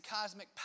cosmic